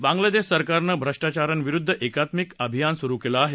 बांगलादेश सरकारनं भ्रष्टाचा यांविरुद्ध एकात्मिक अभियान सुरु केलं आहे